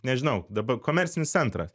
nežinau dabar komercinis centras